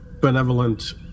benevolent